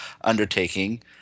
undertaking